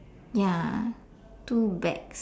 ya two bags